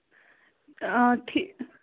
آ ٹھیٖک